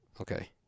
Okay